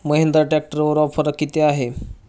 महिंद्रा ट्रॅक्टरवर ऑफर किती आहे?